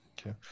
Okay